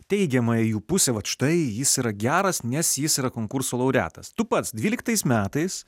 teigiama jų pusė vat štai jis yra geras nes jis yra konkurso laureatas tu pats dvyliktais metais